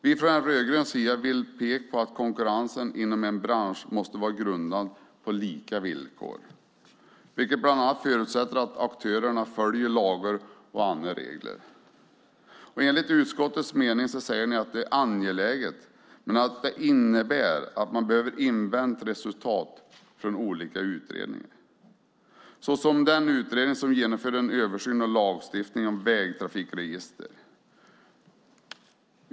Vi från den rödgröna sidan vill peka på att konkurrensen inom en bransch måste vara grundad på lika villkor, vilket bland annat förutsätter att aktörerna följer lagar och regler. Enligt utskottets mening är det är angeläget, men man behöver invänta resultat från olika utredningar såsom den utredning som genomförde en översyn av lagstiftningen om vägtrafikregister.